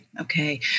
Okay